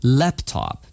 laptop